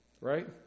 Right